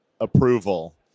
approval